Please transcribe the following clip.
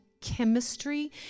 chemistry